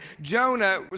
Jonah